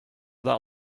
that